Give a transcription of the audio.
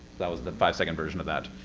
that was the five-second version of that.